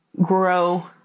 grow